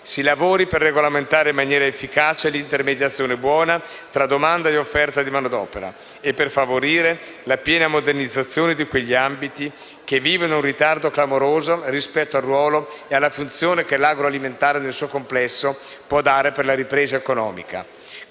Si lavori per regolamentare in maniera efficace l'intermediazione buona tra domanda e offerta di manodopera e per favorire la piena modernizzazione di quegli ambiti, che vivono un ritardo clamoroso rispetto al ruolo e alla funzione che l'agroalimentare nel suo complesso può dare per la ripresa economica.